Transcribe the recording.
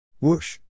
Whoosh